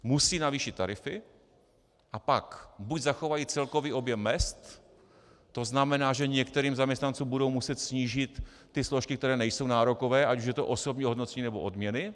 Musí navýšit tarify a pak buď zachovají celkový objem mezd, to znamená, že některým zaměstnancům budou muset snížit ty složky, které nejsou nárokové, ať už je to osobní ohodnocení, nebo odměny.